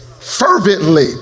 fervently